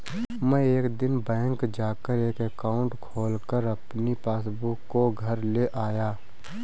मै एक दिन बैंक जा कर एक एकाउंट खोलकर अपनी पासबुक को घर ले आया